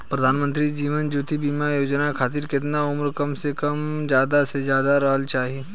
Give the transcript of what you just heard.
प्रधानमंत्री जीवन ज्योती बीमा योजना खातिर केतना उम्र कम से कम आ ज्यादा से ज्यादा रहल चाहि?